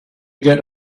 get